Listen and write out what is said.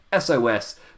SOS